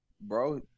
bro